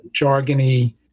jargony